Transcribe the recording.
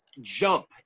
jump